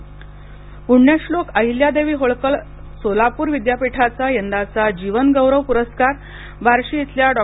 जीवनगौरव पुरस्कार प्ण्यश्लोक अहिल्यादेवी होळकर सोलापूर विद्यापीठाचा यंदाचा जीवनगौरव पुरस्कार बार्शी इथल्या डॉ